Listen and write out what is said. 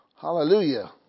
Hallelujah